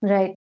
Right